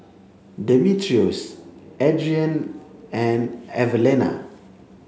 Demetrios Adrienne and Evelena